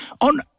on